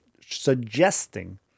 suggesting